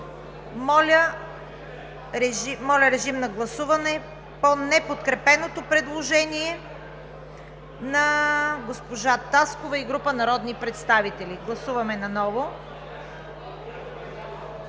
Моля, режим на гласуване по неподкрепеното предложение на госпожа Таскова и група народни представители. (Шум и